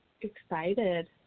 excited